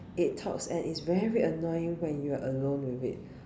it talks and is very annoying when you're alone with it